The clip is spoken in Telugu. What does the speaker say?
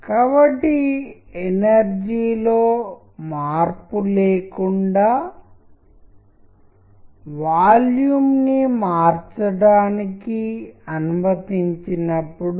కాబట్టి ఈ అంశాలను మార్చడం ద్వారా ప్రజలు విషయాలను గ్రహించే విధానాన్ని మార్చగల సామర్థ్యం మాకు ఉంది